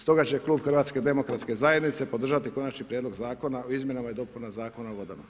Stoga će klub HDZ-a podržati Konačni prijedlog zakona o izmjenama i dopunama Zakona o vodama.